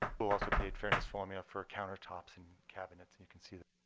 but also paid fairness formula for countertops and cabinets, and you can see the